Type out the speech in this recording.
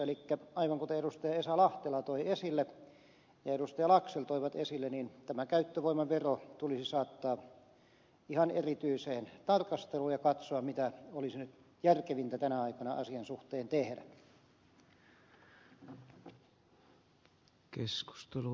elikkä aivan kuten edustajat esa lahtela ja laxell toivat esille tämä käyttövoimavero tulisi saattaa ihan erityiseen tarkasteluun ja katsoa mitä olisi nyt järkevintä tänä aikana asian suhteen tehdä